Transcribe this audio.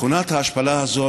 מכונת ההשפלה הזאת,